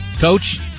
Coach